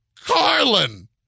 Carlin